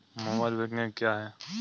Mobile banking क्या है?